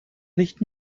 nicht